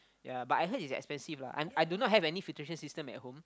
yea but I heard it's expensive lah I I do not have any filtration system at home